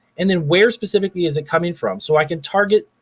and then where specifically is it coming from so i can target,